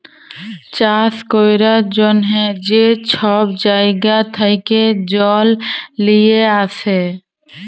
চাষ ক্যরার জ্যনহে যে ছব জাইগা থ্যাকে জল লিঁয়ে আসে